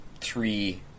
three